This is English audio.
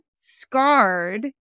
scarred